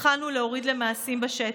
התחלנו להוריד למעשים בשטח.